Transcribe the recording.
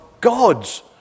God's